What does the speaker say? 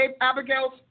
Abigail's